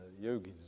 yogis